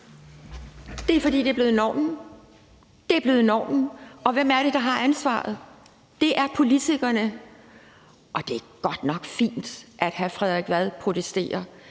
Det er, fordi det er blevet normen – det er blevet normen. Og hvem er det, der har ansvaret? Det er politikerne, og det er godt nok fint, at hr. Frederik Vad protesterer,